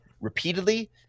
repeatedly